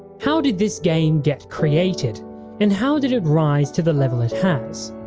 how did this game get created and how did it rise to the level it has.